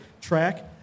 track